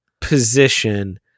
position